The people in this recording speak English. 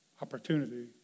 opportunity